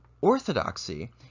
orthodoxy